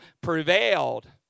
prevailed